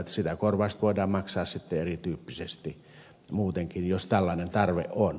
sitä korvausta voidaan maksaa sitten erityyppisesti muutenkin jos tällainen tarve on